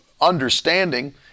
understanding